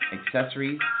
accessories